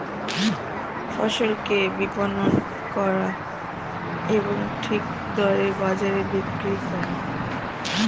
ফসলকে বিপণন করা এবং ঠিক দরে বাজারে বিক্রি করা